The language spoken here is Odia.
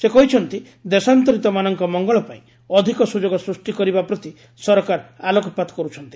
ସେ କହିଛନ୍ତି ଦେଶାନ୍ତରିତମାନଙ୍କ ମଙ୍ଗଳ ପାଇଁ ଅଧିକ ସୁଯୋଗ ସୃଷ୍ଟି କରିବା ପ୍ରତି ସରକାର ଆଲୋକପାତ କରୁଛନ୍ତି